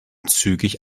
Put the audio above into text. zügig